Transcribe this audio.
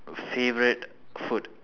favourite food